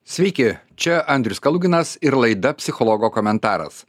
sveiki čia andrius kaluginas ir laida psichologo komentaras